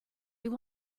you